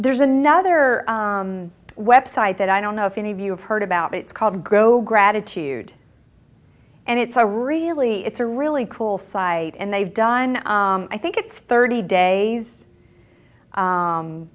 there's another website that i don't know if any of you have heard about it called grow gratitude and it's a really it's a really cool site and they've done i think it's thirty days